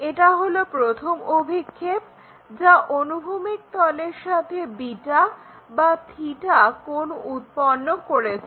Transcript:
এটা হলো প্রথম অভিক্ষেপ যা অনুভূমিক তলের সাথে বা কোণ উৎপন্ন করেছে